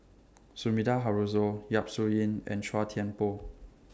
Sumida Haruzo Yap Su Yin and Chua Thian Poh